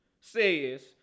says